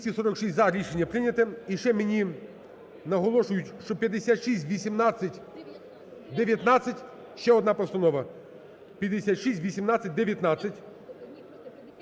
За-246 Рішення прийнято. І ще мені наголошують, що 5618… 19. Ще одна постанова, 5618-19.